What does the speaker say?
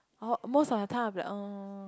or most of the time I'll be like uh